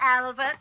Albert